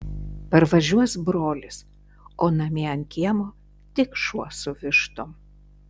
parvažiuos brolis o namie ant kiemo tik šuo su vištom